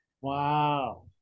wow